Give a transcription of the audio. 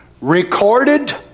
Recorded